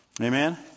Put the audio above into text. Amen